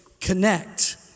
connect